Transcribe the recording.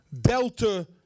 Delta